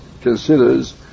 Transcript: considers